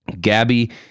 gabby